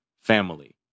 family